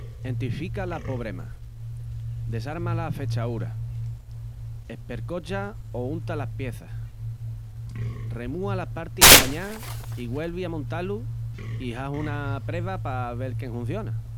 Entifica la pobrema, desarma la fechaúra, espercocha o unta las pieças, remúa las partis endañás y güelvi a montá-lu i hás una preva pa vel qu'enhunciona.